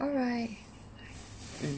alright mm